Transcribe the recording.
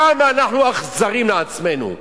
כמה אנחנו אכזריים לעצמנו.